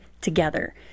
together